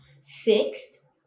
Sixth